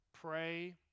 pray